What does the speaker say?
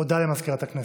הודעה למזכירת הכנסת.